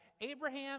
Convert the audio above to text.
abraham